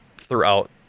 throughout